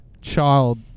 child